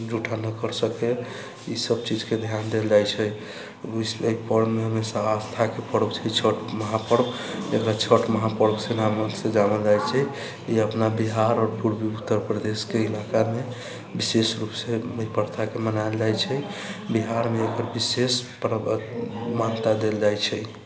जुठा नहि कर सकै ई सभ चीजके ध्यान देल जाइत छै विश्वमे एहि पर्वमे आस्थाके पर्व छियै छठि महापर्व एकरा छठि महापर्वके नामसँ जानल जाइत छै ई अपना बिहार आओर पूर्वी उत्तर प्रदेशके इलाकामे विशेष रुपसँ एहि प्रथाके मनाओल जाइत छै बिहारमे एहि पर विशेष मान्यता देल जाइत छै